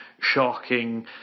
shocking